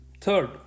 Third